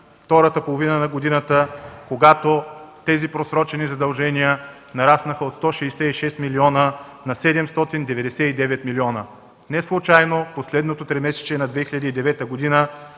втората половина на годината, когато тези просрочени задължения нараснаха от 166 милиона на 799 милиона. Неслучайно в последното тримесечие на 2009 г.